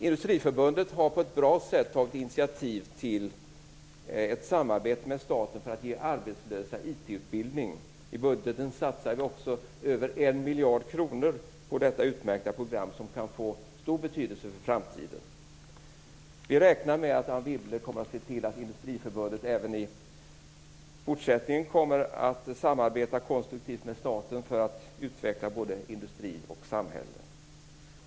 Industriförbundet har på ett bra sätt tagit initiativ till ett samarbete med staten för att ge arbetslösa IT utbildning. I budgeten satsar vi också över 1 miljard kronor på detta utmärkta program som kan få stor betydelse för framtiden. Vi räknar med att Anne Wibble kommer att se till att Industriförbundet även i fortsättningen kommer att samarbeta konstruktivt med staten för att utveckla både industri och samhälle.